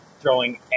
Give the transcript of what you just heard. throwing